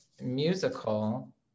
musical